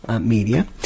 Media